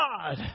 God